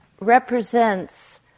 represents